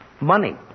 Money